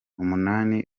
umunani